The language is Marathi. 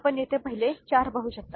आपण येथे पहिले चार पाहू शकता